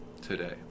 today